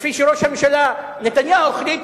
וכפי שראש הממשלה נתניהו החליט,